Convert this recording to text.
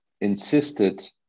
insisted